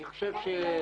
אני חושב שיש